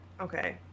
Okay